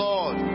Lord